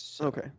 Okay